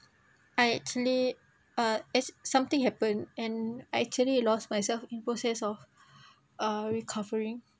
I actually ah as something happened and I actually lost myself in process of uh recovering